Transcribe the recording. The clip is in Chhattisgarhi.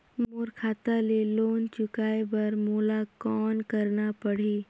मोर खाता ले लोन चुकाय बर मोला कौन करना पड़ही?